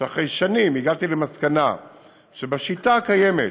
שאחרי שנים הגעתי למסקנה שבשיטה הקיימת